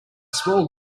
small